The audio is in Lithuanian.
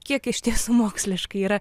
kiek išties moksliškai yra